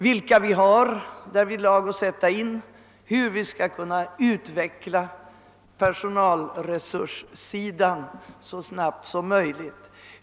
Vilka resurser har vi därvidlag att sätta in och hur skall vi kunna utveckla verksamheten så snabbt som möjligt?